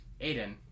Aiden